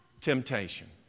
temptation